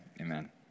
Amen